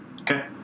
Okay